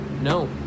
no